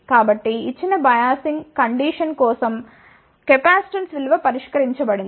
కాబట్టి ఇచ్చిన biasing condition కోసం కెపాసిటెన్స్ విలువ పరిష్కరించబడింది